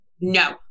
No